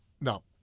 No